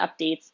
updates